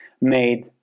made